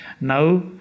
Now